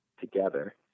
together